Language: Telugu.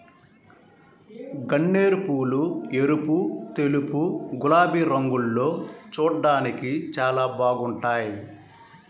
గన్నేరుపూలు ఎరుపు, తెలుపు, గులాబీ రంగుల్లో చూడ్డానికి చాలా బాగుంటాయ్